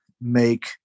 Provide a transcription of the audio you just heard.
make